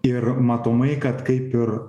ir matomai kad kaip ir